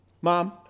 Mom